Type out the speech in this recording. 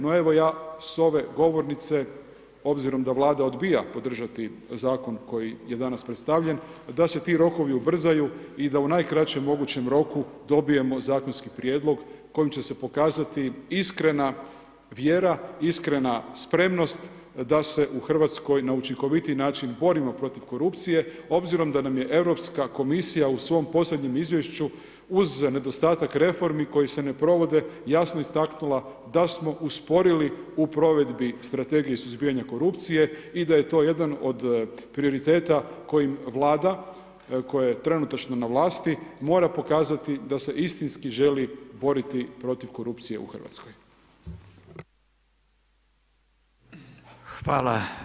No, evo ja sa ove govornice obzirom da Vlada odbija podržati zakon koji je danas predstavljen, da se ti rokovi ubrzaju i da u najkraćem mogućem roku dobijemo zakonski prijedlog kojim će se pokazati iskrena vjera, iskrena spremnost da se u Hrvatskoj na učinkovitiji način borimo protiv korupcije obzirom da nam je Europska komisija u svom posljednjem izvješću uz nedostatak reformi koji se ne provode jasno istaknula da smo usporili u provedbi Strategije suzbijanja korupcije i da je to jedan od prioriteta kojim Vlada koja je trenutačno na vlasti mora pokazati da se istinski želi boriti protiv korupcije u Hrvatskoj.